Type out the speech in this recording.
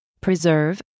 preserve